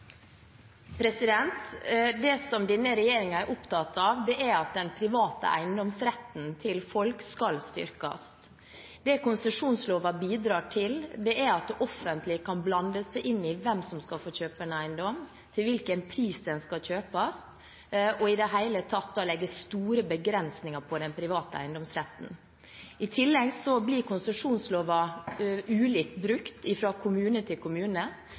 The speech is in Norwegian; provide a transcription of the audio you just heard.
Det som denne regjeringen er opptatt av, er at den private eiendomsretten til folk skal styrkes. Det konsesjonsloven bidrar til, er at det offentlige kan blande seg inn i hvem som skal få kjøpe en eiendom, til hvilken pris den skal kjøpes, og i det hele tatt å legge store begrensninger på den private eiendomsretten. I tillegg blir konsesjonsloven ulikt brukt fra kommune til kommune.